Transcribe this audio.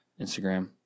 Instagram